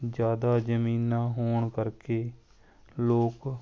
ਜ਼ਿਆਦਾ ਜ਼ਮੀਨਾਂ ਹੋਣ ਕਰਕੇ ਲੋਕ